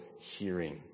hearing